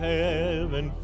heaven